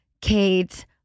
Kate